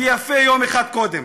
ויפה יום אחד קודם.